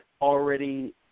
already